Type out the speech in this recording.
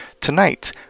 Tonight